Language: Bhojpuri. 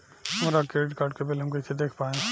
हमरा क्रेडिट कार्ड के बिल हम कइसे देख पाएम?